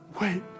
wait